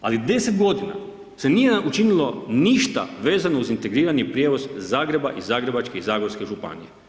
Ali 10 godina se nije učinilo ništa vezano uz integrirani prijevoz Zagreba i Zagrebačke i Zagorske županije.